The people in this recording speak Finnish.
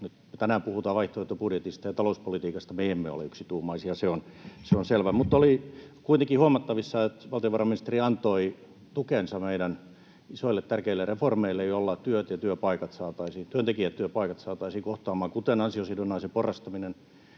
tänään puhutaan vaihtoehtobudjeteista, ja talouspolitiikasta me emme ole yksituumaisia. Se on selvä. Mutta oli kuitenkin huomattavissa, että valtiovarainministeri antoi tukensa meidän isoille, tärkeille reformeille, joilla työntekijät ja työpaikat saataisiin kohtaamaan, kuten ansiosidonnaisen porrastaminen